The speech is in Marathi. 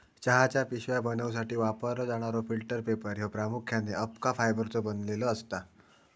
चहाच्या पिशव्या बनवूसाठी वापरलो जाणारो फिल्टर पेपर ह्यो प्रामुख्याने अबका फायबरचो बनलेलो असता